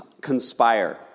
conspire